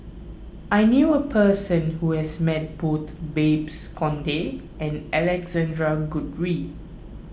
I knew a person who has met both Babes Conde and Alexander Guthrie